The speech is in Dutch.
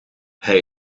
hij